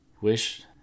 wish